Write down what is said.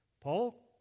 Paul